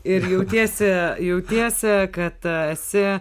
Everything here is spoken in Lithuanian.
ir jautiesi jautiesi kad esi